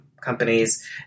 companies